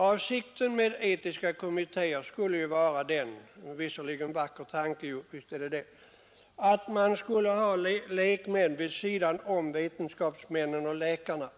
Avsikten med etiska kommittéer skulle ju vara — visst är det en vacker tanke — att man har lekmän vid sidan om vetenskapsmännen och läkarna